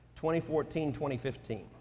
2014-2015